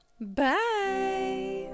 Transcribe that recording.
Bye